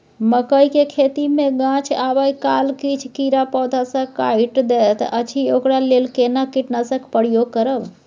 मकई के खेती मे गाछ आबै काल किछ कीरा पौधा स के काइट दैत अछि ओकरा लेल केना कीटनासक प्रयोग करब?